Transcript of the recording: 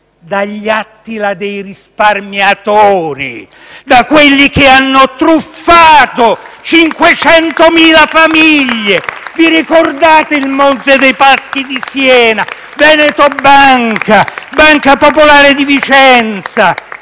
Dagli Attila dei risparmiatori, da quelli che hanno truffato 500.000 famiglie. *(Applausi dal Gruppo M5S)*. Vi ricordate il Monte dei Paschi di Siena, Veneto Banca, Banca Popolare di Vicenza?